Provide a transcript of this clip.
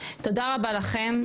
תודה רבה לכם,